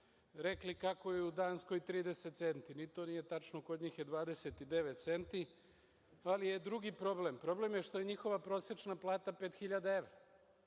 rekli kako je u Danskoj 30 centi. Ni to nije tačno, kod njih je 29 centi, ali je drugi problem. Problem je što je njihova prosečna plata 5000 evra.